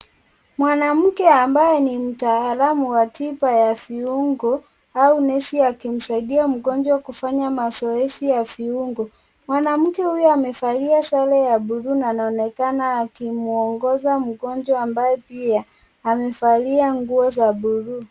Mwanamke ambaye ni mtaalam wa tiba ya fiungo au nesi akimsaidia mgonjwa kufanya mazoezi ya fiungo, mwanamke huyo amevalia sare ya bulu na anaonekana akimwongoza mgonjwa ambaye pia amevalia nguo za bulu.